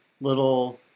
little